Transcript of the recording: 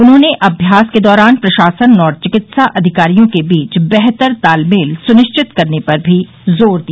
उन्होंने अम्यास के दौरान प्रशासन और चिकित्सा अधिकारियों के बीच बेहतर तालमेल सुनिश्चित करने पर भी जोर दिया